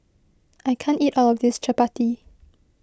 I can't eat all of this Chappati